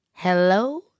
Hello